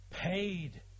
paid